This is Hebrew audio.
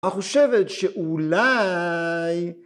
‫הגמרא חושבת שאולי...